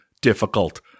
difficult